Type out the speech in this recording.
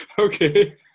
Okay